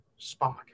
Spock